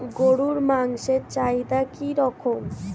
গরুর মাংসের চাহিদা কি রকম?